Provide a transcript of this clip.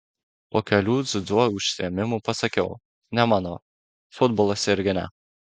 po kelių dziudo užsiėmimų pasakiau ne mano futbolas irgi ne